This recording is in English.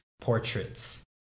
portraits